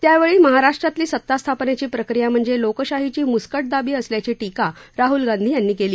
त्यावेळी महाराष्ट्रातली सत्तास्थापनेची प्रक्रिया म्हणजे लोकशाहीची मुस्कटदाबी असल्याची टीका राहुल गांधी यांनी केली